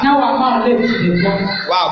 wow